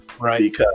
right